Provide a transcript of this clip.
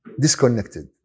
disconnected